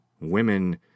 Women